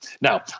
Now